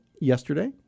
yesterday